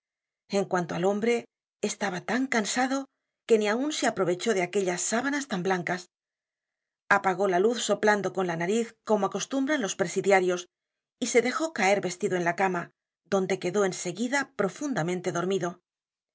en cuanto al hombre estaba tan cansado que ni aun se aprovechó de aquellas sábanas tan blancas apagó la luz soplando con la nariz como acostumbran los presidiarios y se dejó caer vestido en la cama donde quedó en seguida profundamente dormido